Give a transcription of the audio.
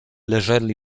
leżeli